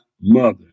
mother